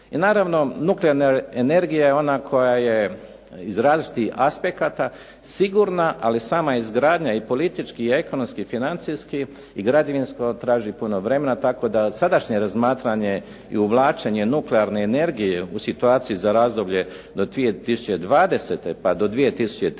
I naravno, nuklearna energija koja je iz različitih aspekata sigurna, ali sama izgradnja i politički i ekonomski, financijski i građevinski traži puno vremena tako da sadašnje razmatranje i uvlačenje nuklearne energije u situaciji za razdoblje 2020.-2030.